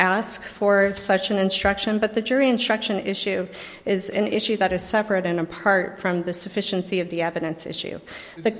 ask for such an instruction but the jury instruction issue is an issue that is separate and apart from the sufficiency of the evidence issue